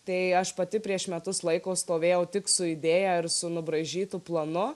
tai aš pati prieš metus laiko stovėjau tik su idėja ir su nubraižytu planu